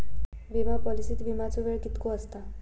विमा पॉलिसीत विमाचो वेळ कीतको आसता?